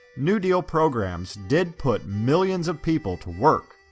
new deal programs did put millions of people to work,